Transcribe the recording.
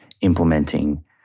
implementing